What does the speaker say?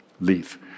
leaf